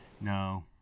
No